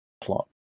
plot